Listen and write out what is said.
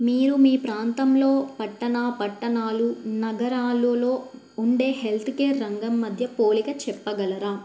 మీరు మీ ప్రాంతంలో పట్టణ పట్టణాలు నగరాలలో ఉండే హెల్త్ కేర్ రంగం మధ్య పోలిక చెప్పగలరా